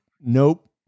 nope